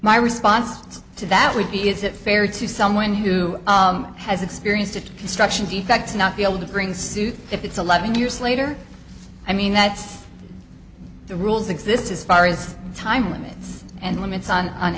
my response to that would be is it fair to someone who has experienced a construction defects not be able to bring suit if it's eleven years later i mean that the rules exist as far as time limits and limits on an